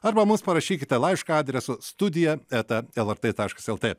arba mums parašykite laišką adresu studija eta lrt taškas lt